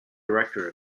director